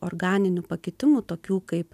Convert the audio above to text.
organinių pakitimų tokių kaip